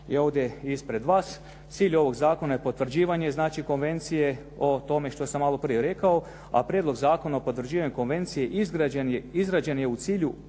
ovdje ispred vas. Cilj ovoga zakona je potvrđivanje znači konvencije o tome što sam malo prije rekao a prijedlog zakona o potvrđivanju konvencije izrađen je u cilju usklađivanja